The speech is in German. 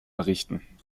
errichten